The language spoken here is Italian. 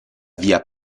via